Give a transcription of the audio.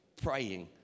praying